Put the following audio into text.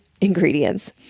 ingredients